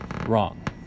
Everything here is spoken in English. wrong